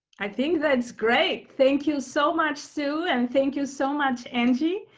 i think that's great! thank you so much, sue and thank you so much angie.